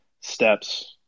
steps –